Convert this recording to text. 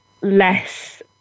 less